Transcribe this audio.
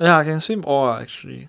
ya I can swim all lah actually